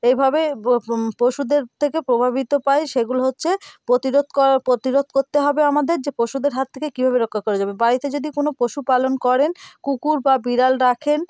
এইভাবে পশুদের থেকে প্রভাবিত পাই সেগুলো হচ্ছে প্রতিরোধ করা প্রতিরোধ করতে হবে আমাদের যে পশুদের হাত থেকে কীভাবে রক্ষা করা যাবে বাড়িতে যদি কোনো পশুপালন করেন কুকুর বা বিড়াল রাখেন